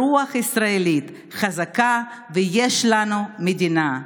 הרוח הישראלית חזקה, ויש לנו מדינה.